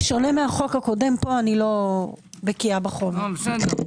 בשונה מהחוק הקודם, פה איני בקיאה בחומר.